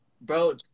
bro